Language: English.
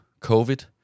COVID